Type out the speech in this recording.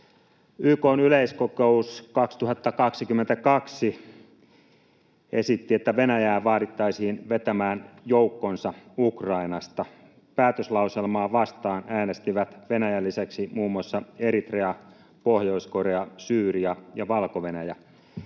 YK:n yleiskokous 2022 esitti, että Venäjää vaadittaisiin vetämään joukkonsa Ukrainasta. Päätöslauselmaa vastaan äänestivät Venäjän lisäksi muun muassa Eritrea, Pohjois-Korea, Syyria ja Valko-Venäjä.